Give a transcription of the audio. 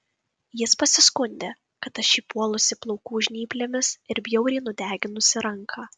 jis pasiskundė kad aš jį puolusi plaukų žnyplėmis ir bjauriai nudeginusi ranką